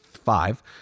Five